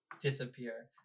disappear